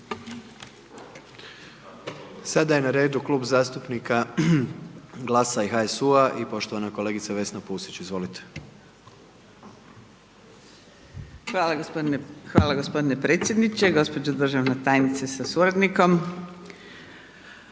Sada je na redu Klub zastupnika GLAS-a i HSU-a i poštovana kolegica Vesna Pusić, izolite. **Pusić, Vesna (GLAS)** Hvala g. predsjedniče, gđo. državna tajnice sa suradnikom.